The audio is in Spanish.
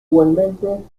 igualmente